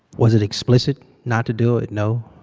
was it explicit not to do it? no.